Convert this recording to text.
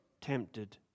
tempted